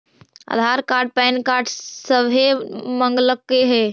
आधार card PAN card सभे मगलके हे?